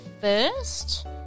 first